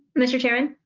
mr. chairman?